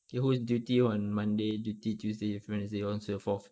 okay who's duty on monday duty tuesday duty wednesday so on and so forth